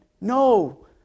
No